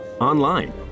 online